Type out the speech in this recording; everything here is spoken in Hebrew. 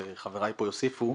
וחבריי פה יוסיפו,